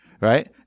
Right